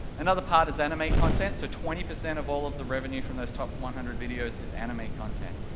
another part is anime content, so twenty percent of all of the revenue from those top one hundred videos is anime content,